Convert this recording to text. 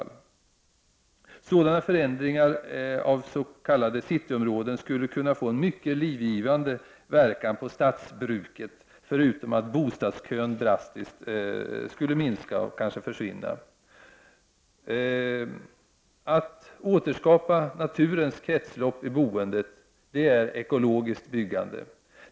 Sådan förändring av s.k. cityområden skulle kunna få en mycket livgivande verkan på stadsbruket, förutom att bostadskön drastiskt skulle minska, kanske försvinna. Att återskapa naturens kretslopp i boendet, det är ekologiskt byggande.